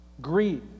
Greed